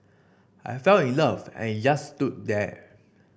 I fell in love and he just stood there